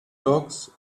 dogs